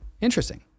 Interesting